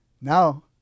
now